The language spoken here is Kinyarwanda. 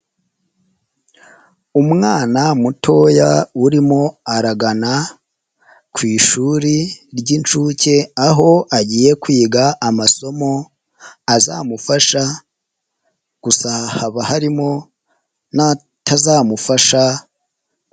Umwana mutoya urimo aragana ku ishuri ry'incuke, aho agiye kwiga amasomo azamufasha, gusa haba harimo n'atazamufasha.